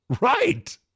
Right